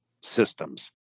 systems